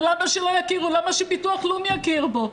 ולמה שביטוח לאומי יכיר בו?